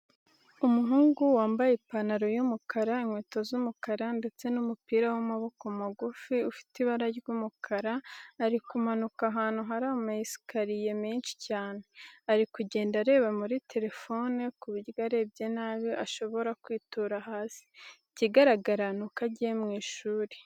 Umuhungu wambaye ipantaro y'umukara, inkweto z'umukara ndetse umupira w'amaboko magufi ufite ibara ry'umukara, ari kumanuka ahantu hari ama esikariye menshi cyane. Ari kugenda areba muri telefone ku buryo arebye nabi ashobora kwitura hasi. Ikigaragara nuko agiye mu ishuri.